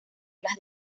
las